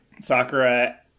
Sakura